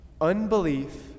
unbelief